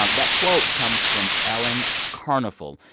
um that quote comes from ellen karnofel.